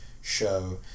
Show